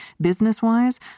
business-wise